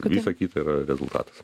visa kita yra rezultatas